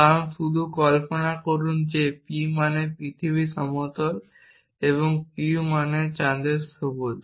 কারণ শুধু কল্পনা করুন যে p মানে পৃথিবী সমতল এবং q মানে চাঁদের সবুজ